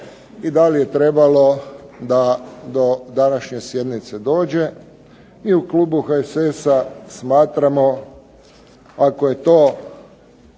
i da li je trebalo da do današnje sjednice dođe. Mi u klubu HSS-a smatramo ako je to